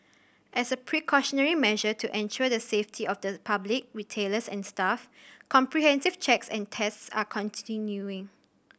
as a precautionary measure to ensure the safety of the public retailers and staff comprehensive checks and tests are continuing